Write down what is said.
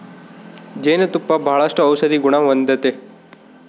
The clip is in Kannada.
ಜೇನು ತುಪ್ಪ ಬಾಳಷ್ಟು ಔಷದಿಗುಣ ಹೊಂದತತೆ